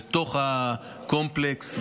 בתוך הקומפלקס,